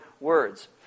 words